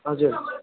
हजुर